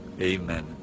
amen